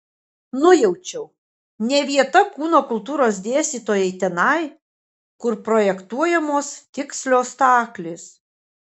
nujaučiau ne vieta kūno kultūros dėstytojai tenai kur projektuojamos tikslios staklės